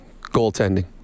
goaltending